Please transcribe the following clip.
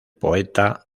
poeta